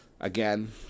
Again